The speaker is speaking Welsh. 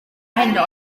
heno